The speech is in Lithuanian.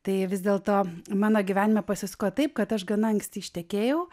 tai vis dėlto mano gyvenime pasisuko taip kad aš gana anksti ištekėjau